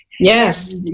Yes